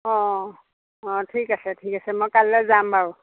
অ অ ঠিক আছে ঠিক আছে মই কালিলৈ যাম বাৰু